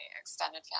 extended